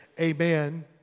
amen